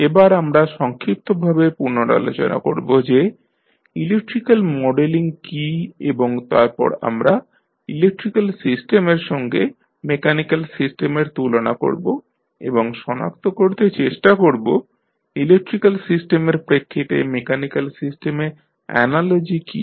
এবার আমরা সংক্ষিপ্তভাবে পুনরালোচনা করব যে ইলেকট্রিক্যাল মডেলিং কী এবং তারপর আমরা ইলেক্ট্রিক্যাল সিস্টেমের সঙ্গে মেকানিক্যাল সিস্টেমের তুলনা করব এবং সনাক্ত করতে চেষ্টা করব ইলেক্ট্রিক্যাল সিস্টেমের প্রেক্ষিতে মেকানিক্যাল সিস্টেমে অ্যানালজি কী